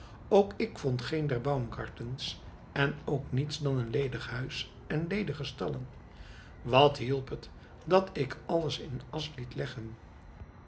ook ik vond geen der baumgartens en ook niets dan een ledig huis en ledige stallen wat hielp het dat ik alles in de asch liet leggen